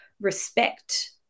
respect